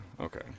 okay